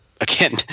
Again